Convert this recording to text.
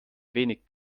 wenig